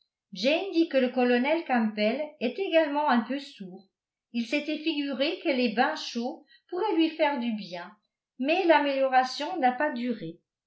jane dit que le colonel campbell est également un peu sourd il s'était figuré que les bains chauds pourraient lui faire du bien mais l'amélioration n'a pas duré